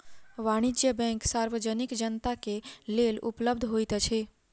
वाणिज्य बैंक सार्वजनिक जनता के लेल उपलब्ध होइत अछि